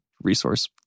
resource